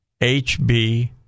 HB